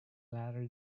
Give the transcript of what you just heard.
latter